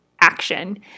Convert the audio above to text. action